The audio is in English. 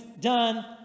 done